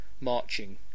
marching